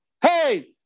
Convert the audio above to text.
hey